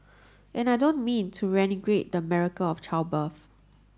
and I don't mean to the miracle of childbirth